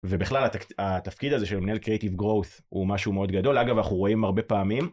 ובכלל התפקיד הזה של מנהל creative growth הוא משהו מאוד גדול, אגב אנחנו רואים הרבה פעמים,